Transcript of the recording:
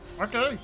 Okay